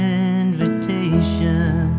invitation